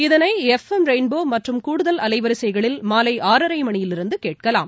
இதனை F M Rainbow மற்றும் கூடுதல் அலைவரிசைகளில் மாலை ஆறரை மணியிலிருந்து கேட்கலாம்